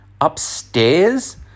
upstairs